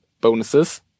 bonuses